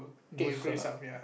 boost ah